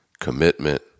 commitment